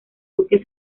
duque